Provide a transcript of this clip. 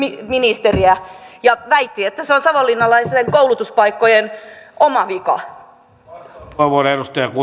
ministeriä ja väitti että se on savonlinnalaisten koulutuspaikkojen oma vika